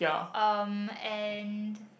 um and